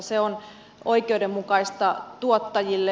se on oikeudenmukaista tuottajille